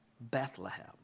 Bethlehem